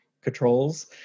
Controls